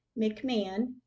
McMahon